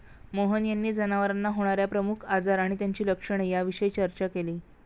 मोहन यांनी जनावरांना होणार्या प्रमुख आजार आणि त्यांची लक्षणे याविषयी चर्चा केली